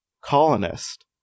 colonist